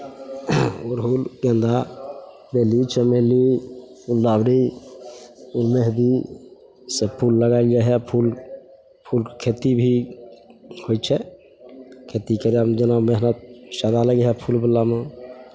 अरहुल गेन्दा बेली चमेली गुलदाउरी मेहंदी सभ फूल लगल हइ इएह फूल फूलके खेती भी होइ छै खेती करयमे जेना मेहनत सारा लगै हइ फूलवलामे